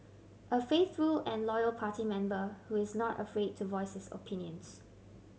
a faithful and loyal party member who is not afraid to voice his opinions